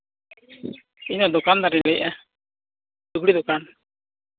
ᱤᱧᱫᱚ ᱫᱚᱠᱟᱱᱫᱟᱨᱤᱧ ᱞᱟᱹᱭᱮᱫᱟ ᱞᱩᱜᱽᱲᱤᱡ ᱫᱚᱠᱟᱱ